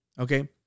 Okay